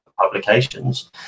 publications